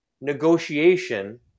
negotiation